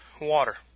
water